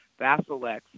Vasilex